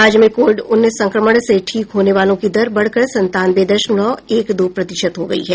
राज्य में कोविड उन्नीस संक्रमण से ठीक होने वालों की दर बढ़कर संतानवे दशमलव दो दो प्रतिशत हो गयी है